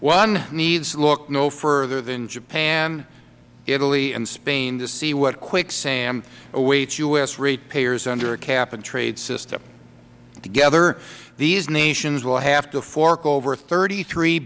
one needs look no further than japan italy and spain to see what quicksand awaits u s ratepayers under a cap and trade system together these nations will have to fork over thirty three